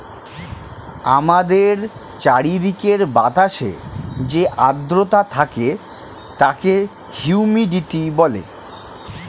আমাদের চারিদিকের বাতাসে যে আর্দ্রতা থাকে তাকে হিউমিডিটি বলে